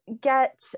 get